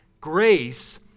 grace